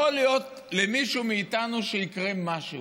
יכול להיות שלמישהו מאיתנו יקרה משהו.